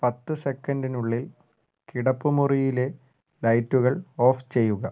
പത്ത് സെക്കൻഡിനുള്ളിൽ കിടപ്പുമുറിയിലെ ലൈറ്റുകൾ ഓഫ് ചെയ്യുക